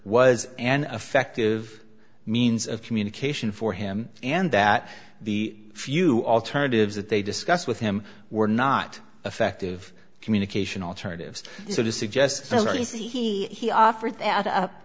was an effective means of communication for him and that the few alternatives that they discussed with him were not effective communication alternatives so to suggest there is he offered that up